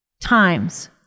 times